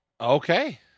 okay